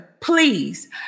please